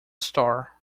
star